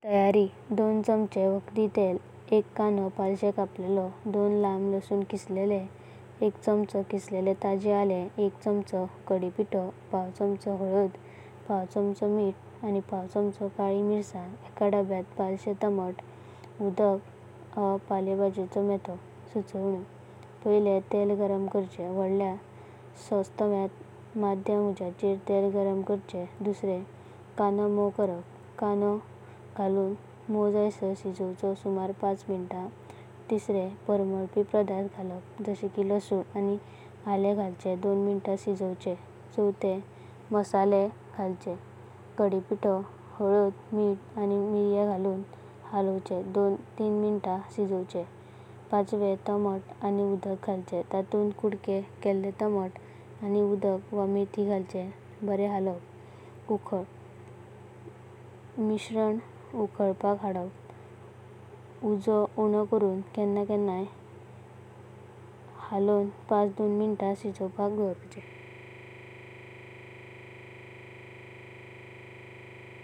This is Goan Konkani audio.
तयारी एक चमचे, वखाडी तेल, एक कानो, पालसो, कपिलो। दों-ल्हान लसुन किसलेले। दों-चमचे किसलेले ताजे आलेम। एक चमचो कडी पितो। एक चमचो हळद। पाव चमचो मिठा। पाव चमचो काली मिश्रसांग। एका डब्यांत पळसे टोमाट। एक उदक वा भाजिपलेयाचो म्हेतो। सुचोवणेयो तेल गरम कर्चें-वढालेया सोसतवेत मद्ध्यम उजयाचेर तेल गरम कर्पाचे। तसोच कानो मुवा करप कानो, घालून मुवजायसार शिजोवाचो, सुमारा पांचा मिंता। परमलापी पदार्थ घालपा लसुन आनी आलेम घालचें, एक मिंता शिजोवाचे। मसालेम घालचें कडी पितो, हळद, मिठा आनी मिर्या घालून हलवाचे, दुं तिन मिंता शिजोवाचे। टोमाट आनी उदक घालचें ताटुना कुड़क केलं टोमाट आनी उदक वा मेथो घालचों बरेम हलवाप। उकलपाक हादप मिश्रन उकलपाक हादप। उज्जो उनो करुन केणां केन्ना हलोवण पञ्च-दों मिंता शिजोवापाक दोवार्चे।